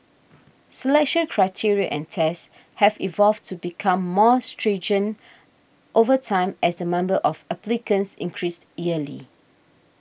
selection criteria and tests have evolved to become more stringent over time as the member of applicants increased yearly